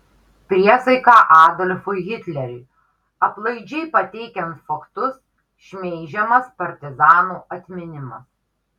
priesaika adolfui hitleriui aplaidžiai pateikiant faktus šmeižiamas partizanų atminimas